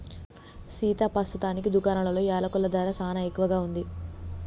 సీతా పస్తుతానికి దుకాణాలలో యలకుల ధర సానా ఎక్కువగా ఉంది